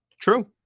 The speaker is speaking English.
True